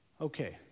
Okay